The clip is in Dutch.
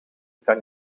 kan